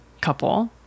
couple